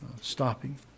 stopping